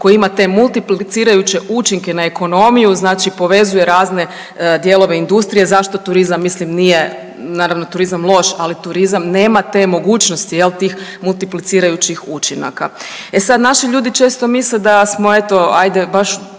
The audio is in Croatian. koji ima te multiplicirajuće učinke na ekonomiju, znači povezuje razne dijelove industrije. Zašto turizam mislim nije naravno turizam loš, ali turizam nema te mogućnosti jel tih multiplicirajućih učinaka. E sad naši ljudi često misle da smo eto ajde baš